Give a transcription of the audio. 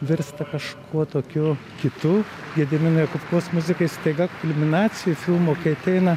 virsta kažkuo tokiu kitu gedimino jokubkos muzikai staiga kulminacija filmo kai ateina